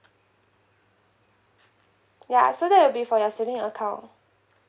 ya so that will be for your saving account